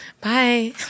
Bye